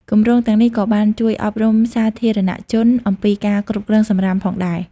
គម្រោងទាំងនេះក៏បានជួយអប់រំសាធារណជនអំពីការគ្រប់គ្រងសំរាមផងដែរ។